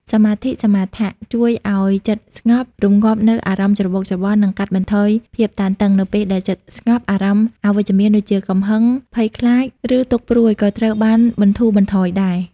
សមាធិសមាថៈ ជួយឱ្យចិត្តស្ងប់ រម្ងាប់នូវអារម្មណ៍ច្របូកច្របល់ និងកាត់បន្ថយភាពតានតឹង នៅពេលដែលចិត្តស្ងប់ អារម្មណ៍អវិជ្ជមានដូចជា កំហឹង ភ័យខ្លាច ឬទុក្ខព្រួយក៏ត្រូវបានបន្ធូរបន្ថយដែរ។